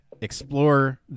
explore